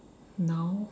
now